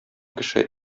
кеше